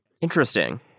Interesting